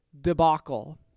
debacle